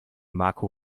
marco